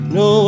no